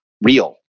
real